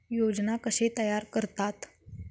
योजना कशे तयार करतात?